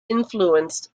influenced